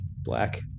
black